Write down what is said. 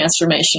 transformational